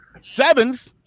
seventh